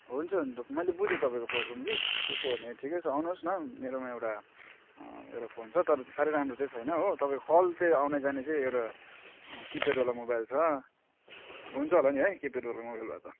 हुन्छ हुन्छ मैले बुझेँ तपाईँको प्रब्लम कि त्यसो भने ठिकै छ आउनुहोस् न मेरोमा एउटा एउटा फोन छ तर सारै राम्रो चाहिँ छैन हो तपईँको कल चाहिँ आउने जाने चाहिँ एउटा किप्याडवाला मोबाइल छ हुन्छ होला नि है किप्याडवाला मोबाइल भए त